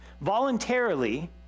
voluntarily